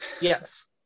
yes